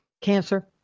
cancer